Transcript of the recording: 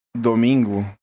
Domingo